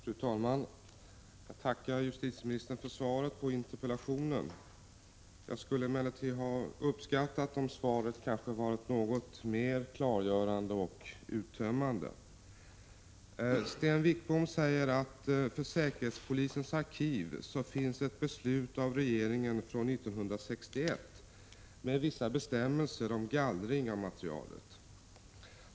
Fru talman! Jag tackar justitieministern för svaret på interpellationen. Jag skulle emellertid ha uppskattat om svaret hade varit något mer klargörande och uttömmande. Sten Wickbom säger att för säkerhetspolisens arkiv finns beslut av regeringen från 1961 med vissa bestämmelser om gallring av materialet.